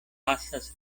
pasas